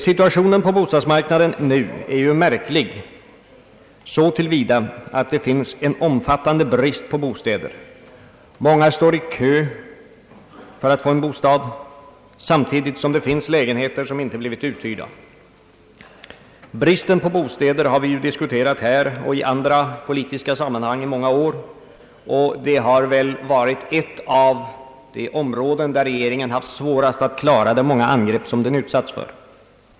Situationen på bostadsmarknaden nu är märklig så till vida att det finns en omfattande brist på bostäder — många står i kö för att få en bostad — samtidigt som det finns lägenheter som inte blivit uthyrda. Bristen på bostäder har vi diskuterat här och i andra politiska sammanhang under många år, och det har väl varit ett av de områden där regeringen haft svårast att klara de många angrepp som den utsatts för.